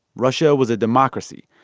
russia was a democracy,